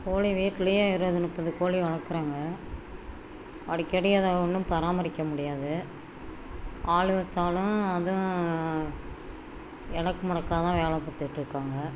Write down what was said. கோழி வீட்லேயே இருபது முப்பது கோழி வளர்க்குறேங்க அடிக்கடி அதை ஒன்றும் பராமரிக்க முடியாது ஆள் வைச்சாலும் அதுவும் எடக்கு மொடக்காக தான் வேலை பார்த்துட்ருக்காங்க